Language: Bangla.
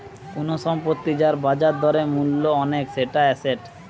কুনু সম্পত্তি যার বাজার দরে মূল্য অনেক সেটা এসেট